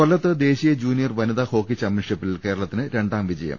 കൊല്ലത്ത് ദേശീയ ജൂനിയർ വനിതാ ഹോക്കി ചാമ്പ്യൻഷിപ്പിൽ കേരളത്തിന് രണ്ടാം വിജയം